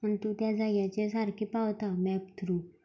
आन् तूं त्या जाग्याचेर सारकें पावता मॅप थ्रू